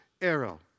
arrow